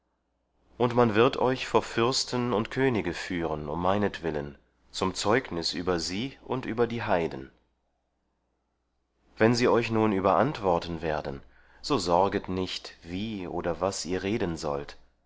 und man wird euch vor fürsten und könige führen um meinetwillen zum zeugnis über sie und über die heiden wenn sie euch nun überantworten werden so sorget nicht wie oder was ihr reden sollt